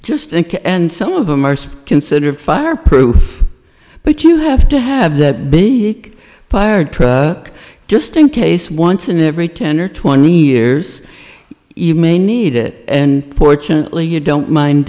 just think and some of them are so considered fireproof but you have to have that big fire truck just in case once in every ten or twenty years you may need it and fortunately you don't mind